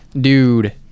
dude